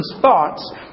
thoughts